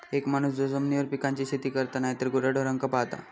एक माणूस जो जमिनीवर पिकांची शेती करता नायतर गुराढोरांका पाळता